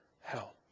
hell